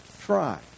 try